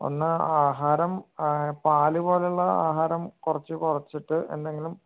ഒന്ന് ആഹാരം പാലു പോലെയുള്ള ആഹാരം കുറച്ചു കുറച്ചിട്ട് എന്തെങ്കിലും